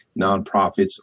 nonprofits